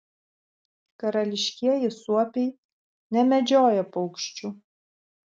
karališkieji suopiai nemedžioja paukščių